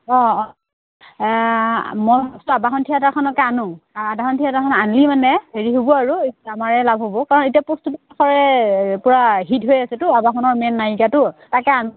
অঁ অঁ মই আৱাহন থিয়েটাৰখনকে আনো আৱাহন থিয়েটাৰখন আনি মানে হেৰি হ'ব আৰু আমাৰে লাভ হ'ব কাৰণ এতিয়া প্ৰস্তুতি পৰাশৰ পূৰা হিট হৈ আছেতো আৱাহনৰ মেইন নায়িকাটো তাকে আনো